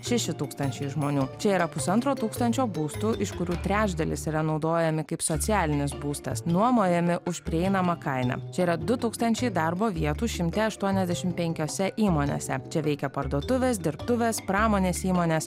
šeši tūkstančiai žmonių čia yra pusantro tūkstančio būstų iš kurių trečdalis yra naudojami kaip socialinis būstas nuomojami už prieinamą kainą čia yra du tūkstančiai darbo vietų šimte aštuoniasdešim penkiose įmonėse čia veikia parduotuvės dirbtuvės pramonės įmonės